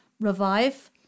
REVIVE